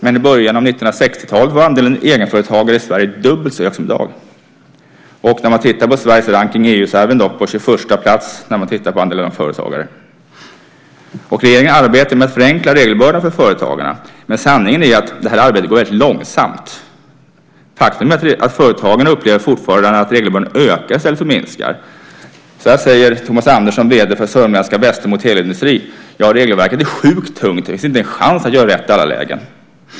Men i början av 1960-talet var andelen egenföretagare i Sverige dubbelt så hög som i dag. När man tittar på Sveriges rankning i EU är vi på 21:a plats för andelen egenföretagare. Regeringen arbetar med att förenkla regelbördan för företagarna. Men sanningen är ju att detta arbete går väldigt långsamt. Faktum är att företagarna fortfarande upplever att regelbördan ökar i stället för minskar. Så här säger Thomas Andersson, vd för sörmländska Westermo Teleindustri: "Regelverket är sjukt tungt. Det finns inte en chans att göra rätt i alla lägen."